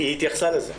היא התייחסה לזה.